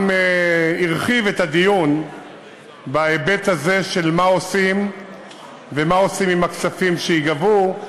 גם הרחיב את הדיון בהיבט הזה של מה עושים ומה עושים עם הכספים שייגבו,